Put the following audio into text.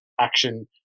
action